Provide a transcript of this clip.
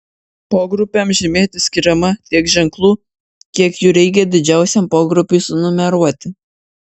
pogrupiams žymėti skiriama tiek ženklų kiek jų reikia didžiausiam pogrupiui sunumeruoti